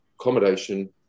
accommodation